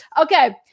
Okay